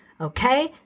Okay